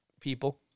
people